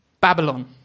Babylon